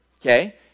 Okay